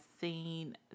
seen